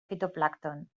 fitoplàncton